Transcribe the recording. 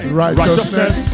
righteousness